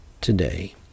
today